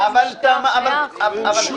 100%. אבל,